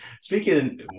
speaking